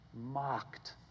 mocked